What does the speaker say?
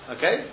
Okay